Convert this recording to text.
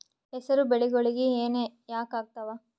ಹೆಸರು ಬೆಳಿಗೋಳಿಗಿ ಹೆನ ಯಾಕ ಆಗ್ತಾವ?